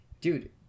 dude